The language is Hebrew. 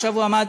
עכשיו הוא עמד